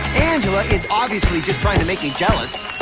angela is obviously just trying to make me jealous.